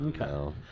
Okay